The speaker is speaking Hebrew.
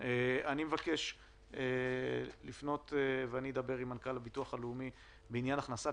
אני אדבר עם מנכ"ל הביטוח הלאומי בעניין הכנסת